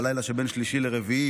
בלילה שבין שלישי לרביעי,